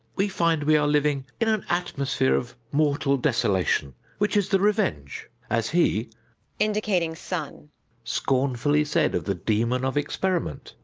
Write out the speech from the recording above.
we find we are living in an atmosphere of mortal desolation which is the revenge, as he indicating son scornfully said of the demon of experiment,